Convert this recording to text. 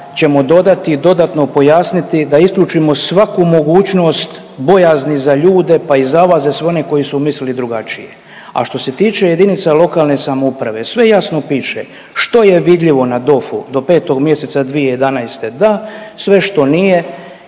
ćemo dodati i dodatno pojasniti da isključimo svaku mogućnost bojazni za ljude, pa i za vas za sve one koji su mislili drugačije. A što se tiče jedinice lokalne samouprave, sve jasno piše što je vidljivo na DOF-u do 5. mjeseca 2011. da, sve što nije